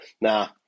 Now